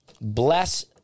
bless